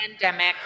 pandemic